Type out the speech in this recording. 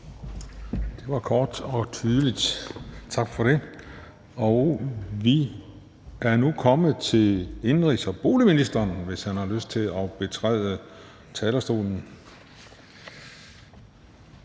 Det var kort og tydeligt. Tak for det. Vi er nu kommet til indenrigs- og boligministeren, hvis han har lyst til at betræde talerstolen.